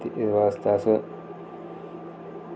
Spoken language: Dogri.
ते एह्दे आस्तै अस